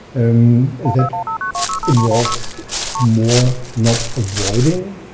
um that involves more not avoiding.